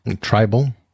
Tribal